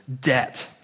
debt